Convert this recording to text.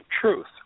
truth